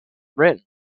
written